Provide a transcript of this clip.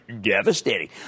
Devastating